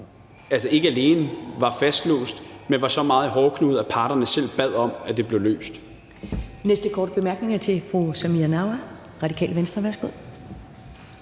ikke alene var fastlåst, men var gået så meget i hårdknude, at parterne selv bad om, at det blev løst.